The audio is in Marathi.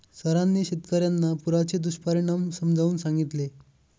सरांनी शेतकर्यांना पुराचे दुष्परिणाम समजावून सांगितले